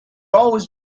always